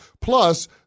Plus